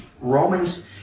Romans